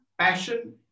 passion